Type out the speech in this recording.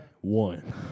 One